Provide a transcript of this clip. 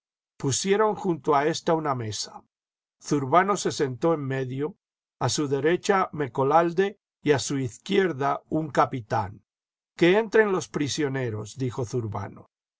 pusieron junto a ésta una mesa zurbano se sentó en medio a su derecha mecolalde y a su izquierda un capitán que entren los prisioneros dijo zurbano